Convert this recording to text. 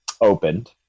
opened